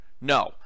No